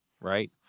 right